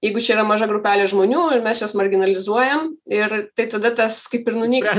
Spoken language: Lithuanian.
jeigu čia yra maža grupelė žmonių ir mes juos marginalizuojam ir tai tada tas kaip ir nunyksta